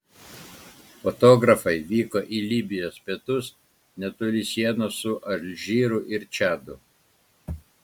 fotografai vyko į libijos pietus netoli sienos su alžyru ir čadu